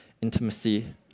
intimacy